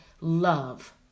love